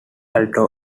alto